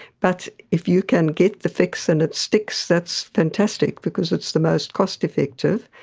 but if you can get the fix and it sticks, that's fantastic because it's the most cost-effective.